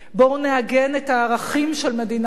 בואו נעגן את הערכים של מדינת ישראל,